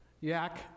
Yak